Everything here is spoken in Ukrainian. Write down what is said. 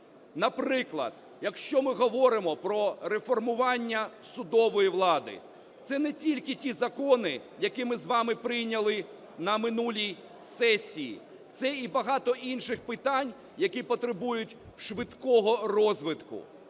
Наприклад, якщо ми говоримо про реформування судової влади, це не тільки ті закони, які ми з вами прийняли на минулій сесії, це й багато інших питань, які потребують швидкого розвитку.